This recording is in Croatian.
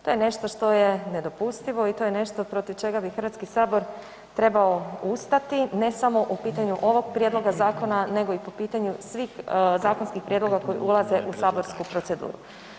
To je nešto što je nedopustivo i to je nešto protiv čega bi Hrvatski sabor trebao ustati ne samo u pitanju ovog prijedloga zakona nego i po pitanju svih zakonskih prijedloga koji ulaze u saborsku proceduru.